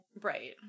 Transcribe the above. Right